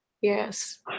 Yes